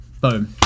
boom